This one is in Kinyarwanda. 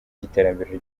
ry’iterambere